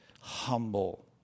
humble